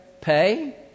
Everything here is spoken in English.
pay